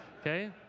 okay